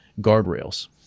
guardrails